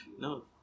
no